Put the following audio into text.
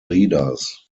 leaders